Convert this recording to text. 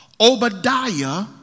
Obadiah